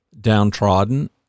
downtrodden